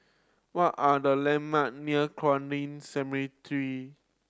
what are the landmark near